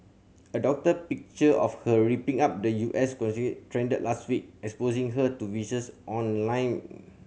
a doctored picture of her ripping up the U S trended last week exposing her to vicious online